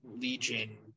Legion